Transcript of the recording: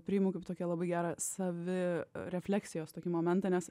priimu kaip tokią labai gerą savirefleksijos tokį momentą nes